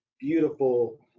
beautiful